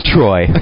Troy